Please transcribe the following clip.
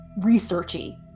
Researchy